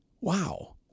Wow